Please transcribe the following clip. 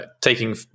taking